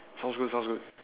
sounds good sounds good